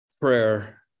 prayer